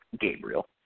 Gabriel